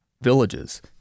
villages